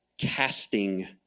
casting